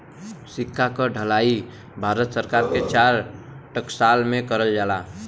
सिक्का क ढलाई भारत सरकार के चार टकसाल में करल जाला